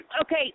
okay